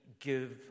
give